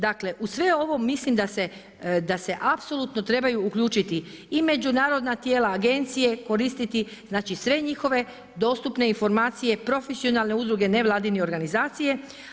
Dakle, uz sve ovo mislim da se apsolutno trebaju uključiti i međunarodna tijela, agencije koristiti znači sve njihove dostupne informacije, profesionalne udruge nevladine organizacije.